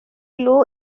low